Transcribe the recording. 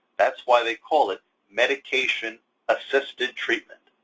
that's why they call it medication-assisted treatment.